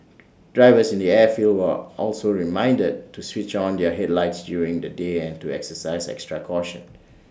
drivers in the airfields were also reminded to switch on their headlights during the day and to exercise extra caution